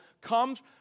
comes